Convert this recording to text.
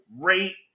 rate